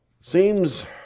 Seems